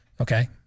Okay